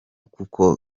kuko